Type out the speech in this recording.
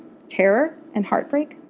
terror, and heartbreak.